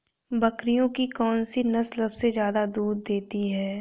बकरियों की कौन सी नस्ल सबसे ज्यादा दूध देती है?